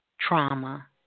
trauma